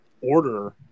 order